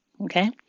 okay